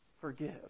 forgive